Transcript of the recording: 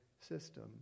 system